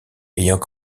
ayant